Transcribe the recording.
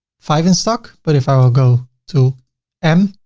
five in stock, but if i will go to m,